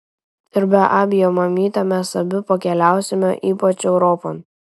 ir be abejo mamyte mes abi pakeliausime ypač europon